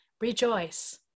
rejoice